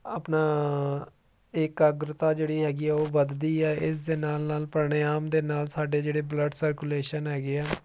ਆਪਣਾ ਇਕਾਗਰਤਾ ਜਿਹੜੀ ਹੈਗੀ ਆ ਉਹ ਵੱਧਦੀ ਹੈ ਇਸ ਦੇ ਨਾਲ ਨਾਲ ਪ੍ਰਾਣਾਯਾਮ ਦੇ ਨਾਲ ਸਾਡੇ ਜਿਹੜੇ ਬਲੱਡ ਸਰਕੂਲੇਸ਼ਨ ਹੈਗੇ ਆ